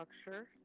structure